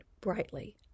brightly